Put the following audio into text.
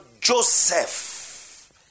Joseph